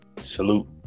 Salute